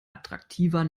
attraktiver